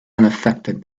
unaffected